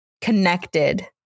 connected